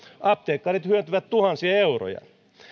apteekkarit hyötyvät tuhansia euroja